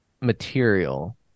material